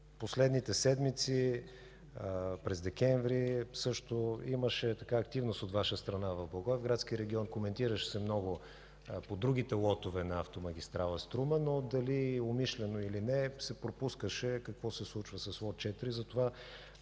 последните седмици – пред декември също имаше активност от Ваша страна в Благоевградския регион, коментираше се много по другите лотове на автомагистрала „Струма”, но дали умишлено или не се пропускаше какво се случва с лот 4.